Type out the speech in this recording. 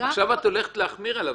עכשיו את הולכת להחמיר לגביו.